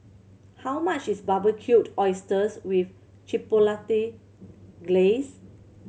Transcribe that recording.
how much is Barbecued Oysters with Chipotle Glaze